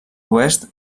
oest